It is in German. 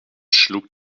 schlug